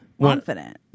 confident